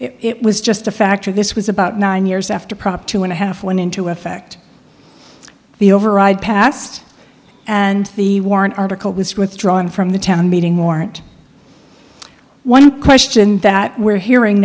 it was just a factor this was about nine years after prop two and a half went into effect the override passed and the warrant article was withdrawn from the town meeting warrant one question that we're hearing